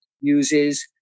uses